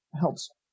helps